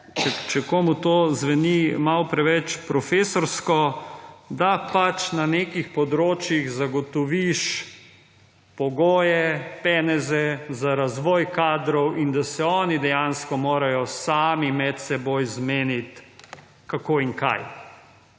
Če komu to zveni malce preveč profesorsko, da pač na nekih področjih zagotoviš pogoje, peneze za razvoj kadrov in da se oni dejansko morajo sami med seboj zmeniti, kako in kaj.